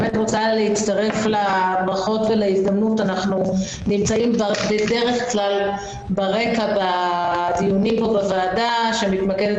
אנחנו נמצאים בדרך כלל ברקע בדיוני הוועדה שמתמקדת